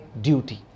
duty